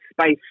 space